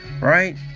right